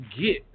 get